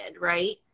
right